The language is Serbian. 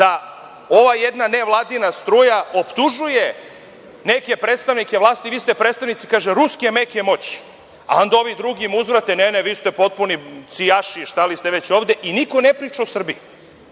da ova jedna nevladina struja optužuje neke predstavnike vlasti, kažu vi ste predstavnici Ruske neke moći, onda im drugi uzvrate ne, vi ste potpuni cijaši, šta li ste već ovde i niko ne priča o Srbiji. To